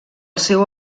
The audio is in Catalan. seu